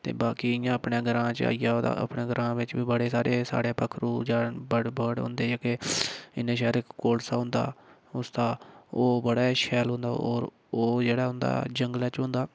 ते बाकी इ'यां अपने ग्रांऽ च आई जाओ तां अपने ग्रांऽ बी बड़े सारे साढ़े पक्खरू जां बर्ड बर्ड होंदे जेह्के इ'न्ने शैल इक कोलसा होन्दा उसदा ओह् बड़ा ई शैल होन्दा होर ओह् जेह्ड़ा होन्दा ओह् जंगलै च होन्दा